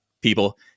people